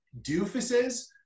doofuses